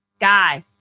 Guys